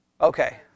okay